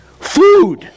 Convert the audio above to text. Food